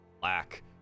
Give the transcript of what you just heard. black